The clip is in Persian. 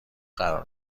قرار